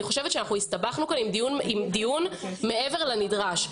חושבת שהסתבכנו כאן עם דיון מעבר לנדרש.